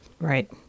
Right